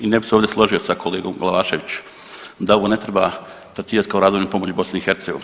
I ne bih se ovdje složio sa kolegom Glavaševićem da ovo ne treba tretirat kao razvojnu pomoć BiH.